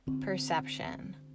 Perception